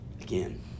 Again